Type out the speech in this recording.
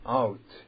out